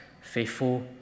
faithful